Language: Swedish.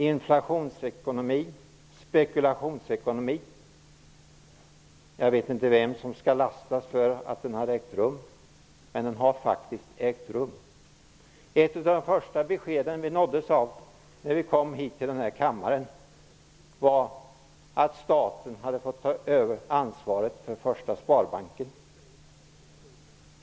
Inflationsekonomi, spekulationsekonomi -- jag vet inte vem som skall lastas för att den har ägt rum, men den har faktiskt ägt rum. Ett av de första beskeden vi nåddes av när vi kom hit till kammaren var att staten hade fått ta över ansvaret för Första Sparbanken.